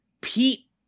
Pete